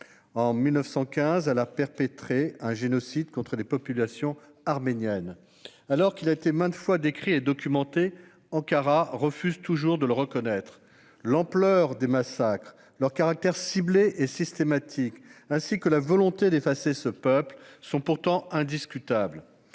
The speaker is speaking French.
en 1915, elle a perpétré un génocide contre les populations arméniennes. Alors que ce génocide a été maintes fois décrit et documenté, Ankara refuse toujours de le reconnaître. L'ampleur des massacres, leur caractère ciblé et systématique, ainsi que la volonté d'effacer ce peuple, sont pourtant indiscutables.